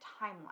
timeline